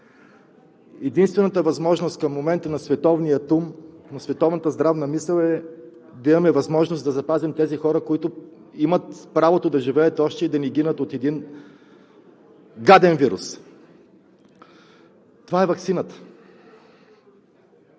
единствената възможност на световния ум, на световната здравна мисъл е да имаме възможност да запазим тези хора, които имат правото да живеят още и да не гинат от един гаден вирус. Това е ваксината.